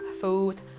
food